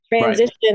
transition